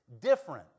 Different